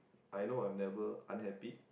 I know I never unhappy